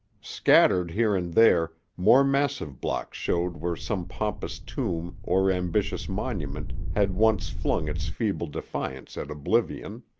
scattered here and there, more massive blocks showed where some pompous tomb or ambitious monument had once flung its feeble defiance at oblivion.